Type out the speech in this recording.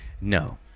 No